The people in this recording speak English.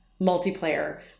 multiplayer